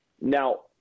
Now